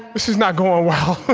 this is not going well. it